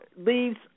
leaves